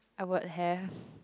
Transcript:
I would have